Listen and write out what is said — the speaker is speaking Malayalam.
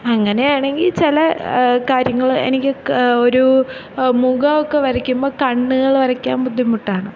അങ്ങനെയാണെങ്കിൽ ചില കാര്യങ്ങൾ എനിക്ക് ക്ക ഒരു മുഖം ഒക്കെ വരക്കുമ്പോൾ കണ്ണുകൾ വരയ്ക്കാൻ ബുദ്ധിമുട്ടാണ്